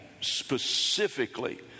specifically